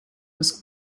was